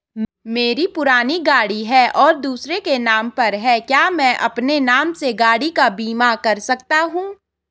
मेरी पुरानी गाड़ी है और दूसरे के नाम पर है क्या मैं अपने नाम से गाड़ी का बीमा कर सकता हूँ?